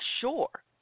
sure